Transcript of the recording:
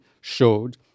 showed